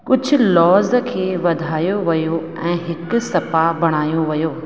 कुझु लॉज खे वधायो वियो ऐं हिकु स्पा बणायो वियो